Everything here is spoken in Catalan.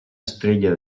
estrella